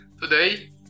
Today